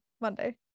Monday